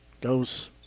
Goes